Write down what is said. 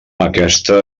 aquesta